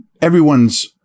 everyone's